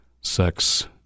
sex